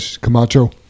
Camacho